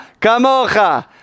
kamocha